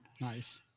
Nice